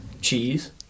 cheese